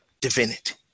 divinity